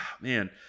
man